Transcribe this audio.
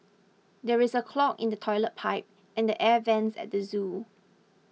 there is a clog in the Toilet Pipe and the Air Vents at the zoo